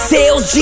Sales